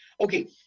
okay